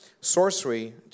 sorcery